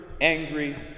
angry